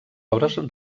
obres